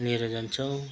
लिएर जान्छौँ